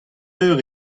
eur